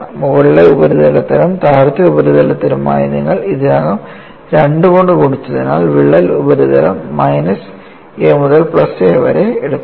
മുകളിലെ ഉപരിതലത്തിനും താഴത്തെ ഉപരിതലത്തിനുമായി നിങ്ങൾ ഇതിനകം 2 കൊണ്ട് ഗുണിച്ചതിനാൽ വിള്ളൽ ഉപരിതലം മൈനസ് a മുതൽ പ്ലസ് a വരെ എടുക്കുന്നു